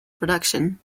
production